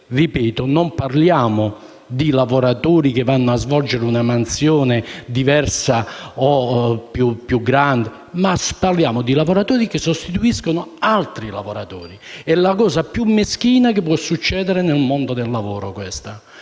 Ripeto: non parliamo di lavoratori che vanno a svolgere una mansione diversa o più gravosa, ma di lavoratori che sostituiscono altri lavoratori. È quanto di più meschino può succedere nel mondo del lavoro.